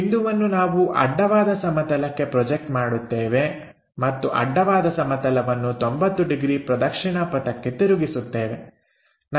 ಈ ಬಿಂದುವನ್ನು ನಾವು ಅಡ್ಡವಾದ ಸಮತಲಕ್ಕೆ ಪ್ರೊಜೆಕ್ಟ್ ಮಾಡುತ್ತೇವೆ ಮತ್ತು ಅಡ್ಡವಾದ ಸಮತಲವನ್ನು 90 ಡಿಗ್ರಿ ಪ್ರದಕ್ಷಿಣಾ ಪಥಕ್ಕೆ ತಿರುಗಿಸುತ್ತವೆ